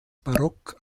barock